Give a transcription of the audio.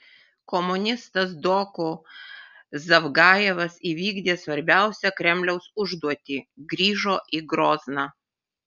komunistas doku zavgajevas įvykdė svarbiausią kremliaus užduotį grįžo į grozną